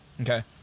Okay